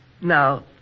Now